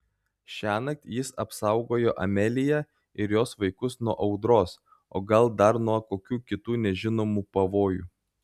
šiąnakt jis apsaugojo ameliją ir jos vaikus nuo audros o gal ir dar nuo kokių kitų nežinomų pavojų